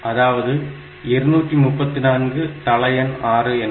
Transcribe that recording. அதாவது 234 தள எண் 6 என்க